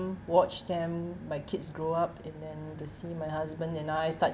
watch them my kids grow up and then to see my husband and I start